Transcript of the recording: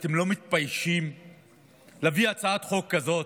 אתם לא מתביישים להביא הצעת חוק כזאת?